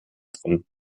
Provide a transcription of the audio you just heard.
drinnen